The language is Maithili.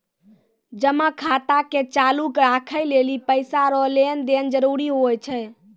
जमा खाता के चालू राखै लेली पैसा रो लेन देन जरूरी हुवै छै